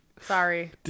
Sorry